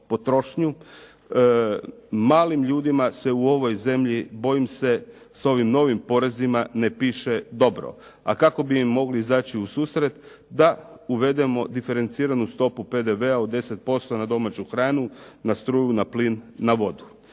potrošnju malim ljudima se u ovoj zemlji bojim se s ovim novim porezima ne piše dobro. A kako bi im mogli izaći u susret? Da uvedemo diferenciranu stopu PDV-a od 10% na domaću hranu, na struju, na plin, na vodu.